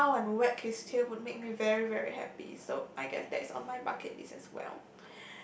smile and wet custom will make me very very happy so I guess that is on my bucket list as well